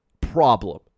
problem